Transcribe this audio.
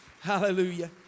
Hallelujah